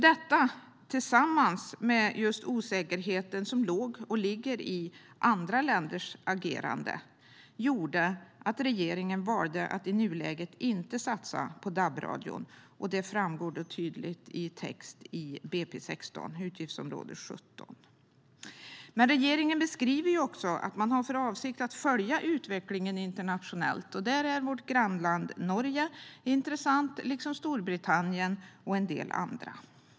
Detta tillsammans med osäkerheten som låg och ligger i andra länders agerande gjorde att regeringen valde att i nuläget inte satsa på DAB-radion. Det framgår tydligt i texten i budgetpropositionen för 2016 för utgiftsområde 17. Men regeringen beskriver också att man har för avsikt att följa utvecklingen internationellt. Där är vårt grannland Norge intressant, liksom Storbritannien och en del andra.